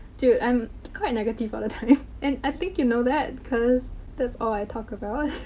dude, i'm quite negative all the time. and, i think you know that because that's all i talk about.